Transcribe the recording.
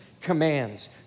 commands